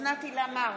אוסנת הילה מארק,